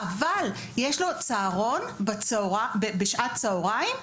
אבל יש לו צהרון בשעת צהרים,